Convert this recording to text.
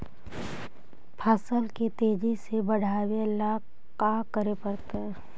फसल के तेजी से बढ़ावेला का करे पड़तई?